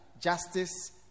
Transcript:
justice